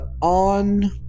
on